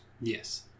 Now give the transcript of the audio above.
Yes